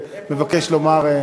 מבקש לומר,